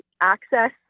access